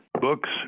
books